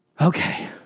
Okay